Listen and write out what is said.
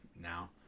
now